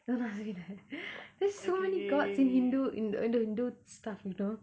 don't ask me that there's so many gods in hindu in the in the hindu stuff you know